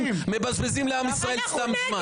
מבזבזים לעם ישראל סתם זמן.